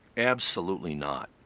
absolutely not.